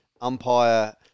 umpire